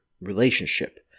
relationship